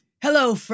Hello